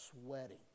sweating